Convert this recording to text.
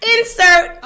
Insert